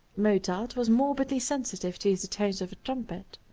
mozart was morbidly sensitive to the tones of a trumpet.